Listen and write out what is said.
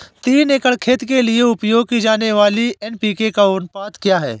तीन एकड़ खेत के लिए उपयोग की जाने वाली एन.पी.के का अनुपात क्या है?